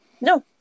No